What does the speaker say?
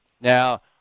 Now